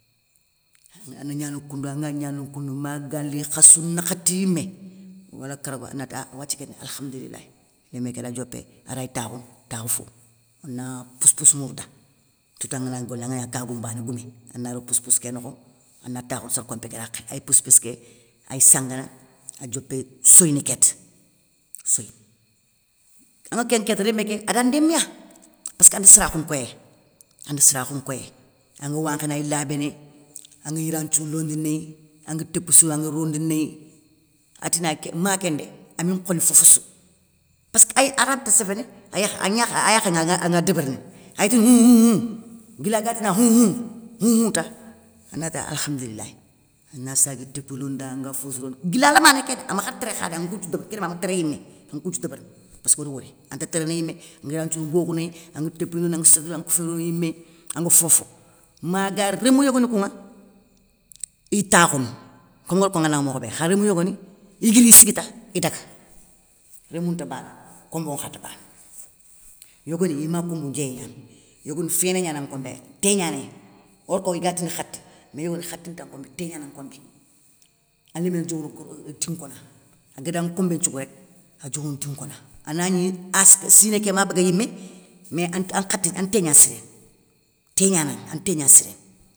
Anagnana koundouwa anga gnana koundou magali khassou nakhati yimé, wala kargo, anati wathia kéndé alkhamdourilay lémé kédé adiopé aray takhounou takhou fo, ana pousse pousse mourou da, surtout angana gni golignana anganagna kagoumbané goumé, ana ro pousse pousse ké nokho, ana takhoundi sorkompé ké rakhé, ay pousse pousse ké, ay sangana, adiopé soyini kéta, asoye. Angatou kén rémé ké ada ndéméya, passkandi saraakhou nkoyéy, ande sarakhou nkoyéy. anŋe wankhini ay labéné, anŋe yira nthiourou londinéy, angue topou sourou anŋi rondi néy, atina ma kéndé, ami nkhoni fofossou, passké ay aranti séféné ayekh agna angnakhé ayakhé nŋa anga débérini, aytini hunn hunnn hunn, guila ga tina hun hun, hunhun ta, anati alkhamdoulilay. Ana sagué topou londa guila anga fofossou rono guila lamané ké amakhari téré dé kha dé angue koun nthiou débérini kén ndima ama téré yimé angue kounthiou débérini passkoda wori. Anta téréné yimé, ngui yiran nthirou bokhounéy, angue topouni londini angue sossette angue koufouné roni yimé anŋa fofo. Maga rémou yogoni kounŋa iy takhounou, komi ngari konŋa mokhobé, kha rémou yogoni, iguiri siguita idaga, rémou nta bana, kombo nkha nta bana. Yogoni ima kombou nduéyé gnani, yogoni féné gnana nkompé té gnanéy, or ko igatini khati, mé yogoni khati nta kombé tégnana nkombé. Alémé diowono gor dinkona, agada nkombé sougou rek, adiowono dinkona anagni ass siné ké ma baga miyé, mé an khati te an nté gna siréne, tégnanŋa, an té gna siréni.